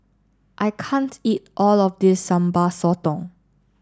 I eat all of this Sambal Sotong